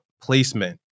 placement